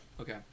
Okay